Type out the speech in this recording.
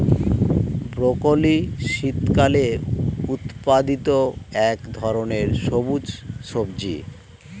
broccoli শীতকালে উৎপাদিত এক ধরনের সবুজ সবজি